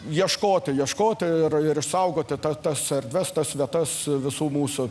ieškoti ieškoti ir ir išsaugoti tą tas erdves sudėtas visų mūsų